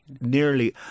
nearly